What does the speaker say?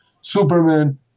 Superman